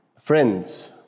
Friends